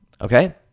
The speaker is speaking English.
okay